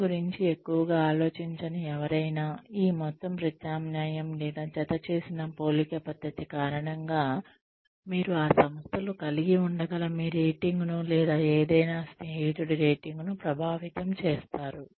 మీ గురించి ఎక్కువగా ఆలోచించని ఎవరైనా ఈ మొత్తం ప్రత్యామ్నాయం లేదా జత చేసిన పోలిక పద్ధతి కారణంగా మీరు ఆ సంస్థలో కలిగి ఉండగల మీ రేటింగ్ను లేదా ఏదైనా స్నేహితుడి రేటింగ్ను ప్రభావితం చేస్తారు